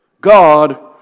God